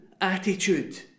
attitude